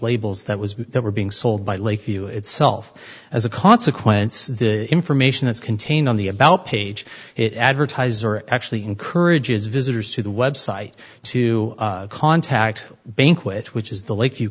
labels that was they were being sold by lakeview itself as a consequence the information that's contained on the about page it advertiser actually encourages visitors to the website to contact banquet which is the l